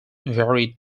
varied